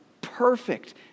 perfect